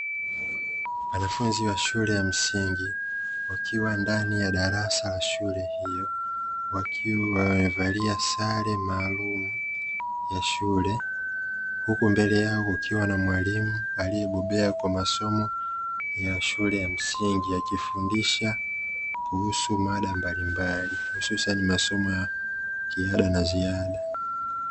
Wanafunzi wa shule ya Msingi, wakiwa ndani ya darasa la shule hiyo, wakiwa wamevalia sare maalumu ya shule, huku mbele yao kukiwa na Mwalimu aliyebobea kwa masomo ya shule ya Msingi, akifundisha kuhusu mada mbalimbali, hususani masomo ya kiada na ziada.